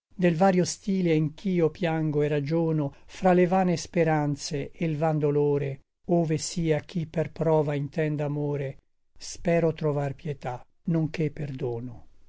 del vario stile in ch'io piango et ragiono fra le vane speranze e l van dolore ove sia chi per prova intenda amore spero trovar pietà nonché perdono